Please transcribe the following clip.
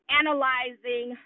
analyzing